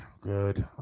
Good